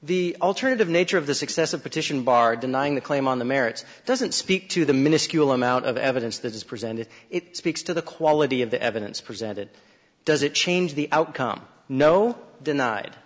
the alternative nature of the success of petition bar denying the claim on the merits doesn't speak to the minuscule amount of evidence that is presented it speaks to the quality of the evidence presented does it change the outcome no denied